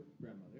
grandmother